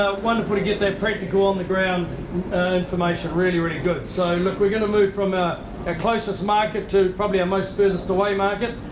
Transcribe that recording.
ah wonderful to get that practical on the ground information, really really good. so, look we're going to move from a closest market to probably our most furthest away market.